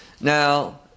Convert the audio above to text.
now